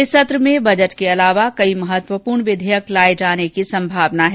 इस सत्र में बजट के अलावा कई महत्वपूर्ण विधेयक लाये जाने की संभावना है